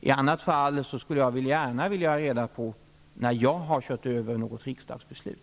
I annat fall skulle jag gärna vilja ha reda på när jag har kört över något riksdagsbeslut.